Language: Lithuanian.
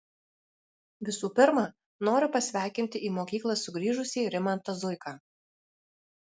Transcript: visų pirma noriu pasveikinti į mokyklą sugrįžusį rimantą zuiką